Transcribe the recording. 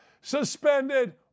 Suspended